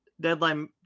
deadline